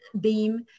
beam